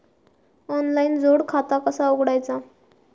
Online जोड खाता कसा उघडायचा?